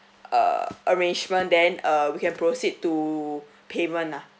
uh arrangement then uh we can proceed to payment lah